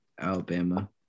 Alabama